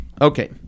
Okay